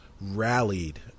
rallied